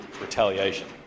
retaliation